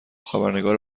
خبرنگار